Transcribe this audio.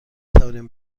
توانیم